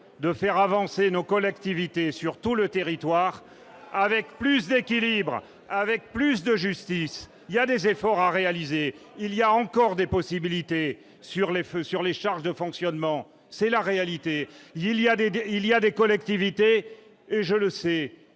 de faire avancer nos collectivités sur tout le territoire avec plus équilibrée avec plus de justice, il y a des efforts à réaliser, il y a encore des possibilités sur les feux sur les charges de fonctionnement, c'est la réalité, il y a des 2, il y a des collectivités et je le sais,